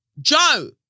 Joe